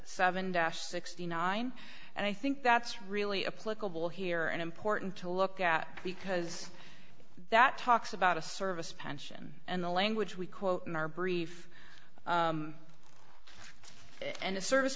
seven dash sixty nine and i think that's really a political bill here and important to look at because that talks about a service pension and the language we quote in our brief and a service